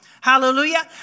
Hallelujah